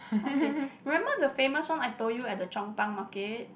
okay remember the famous one I told you at the Chong Pang market